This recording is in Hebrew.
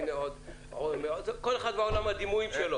כל אחד ועולם הדימויים שלו.